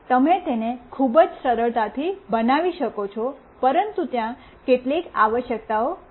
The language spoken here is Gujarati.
તમે તેને ખૂબ જ સરળતાથી બનાવી શકો છો પરંતુ ત્યાં કેટલીક આવશ્યકતાઓ છે